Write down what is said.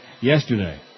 yesterday